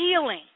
healing